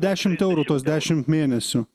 dešimt eurų tuos dešimt mėnesių